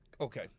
Okay